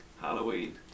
Halloween